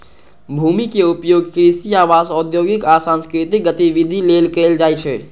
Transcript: भूमिक उपयोग कृषि, आवास, औद्योगिक आ सांस्कृतिक गतिविधि लेल कैल जाइ छै